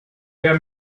der